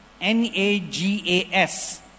N-A-G-A-S